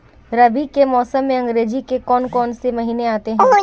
रबी के मौसम में अंग्रेज़ी के कौन कौनसे महीने आते हैं?